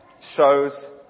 shows